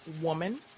woman